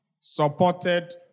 supported